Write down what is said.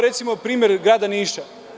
Recimo primer grada Niša.